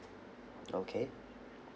okay